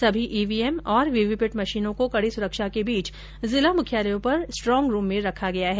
सभी ईवीएम और वींवीपैट मशीनों को कड़ी सुरक्षा के बीच जिला मुख्यालयों पर स्ट्रॉग रूम में रखा गया है